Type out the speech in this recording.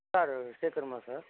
sir station